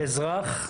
אזרח,